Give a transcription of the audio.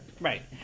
right